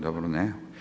Dobro, ne.